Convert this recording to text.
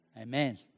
Amen